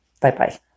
Bye-bye